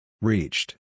Reached